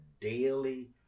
daily